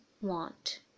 want